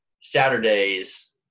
Saturdays